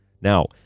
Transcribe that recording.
Now